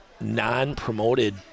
non-promoted